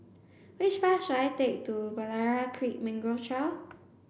which bus should I take to Berlayer Creek Mangrove Trail